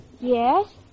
Yes